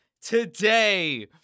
today